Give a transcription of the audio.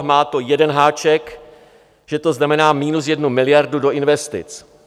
Má to jeden háček, že to znamená minus 1 miliardu do investic.